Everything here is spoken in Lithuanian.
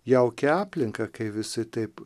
jauki aplinka kai visi taip